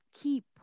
keep